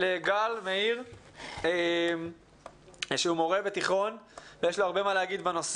לגל מאיר שהוא מורה בתיכון ויש לו הרבה מה לתרום לדיון.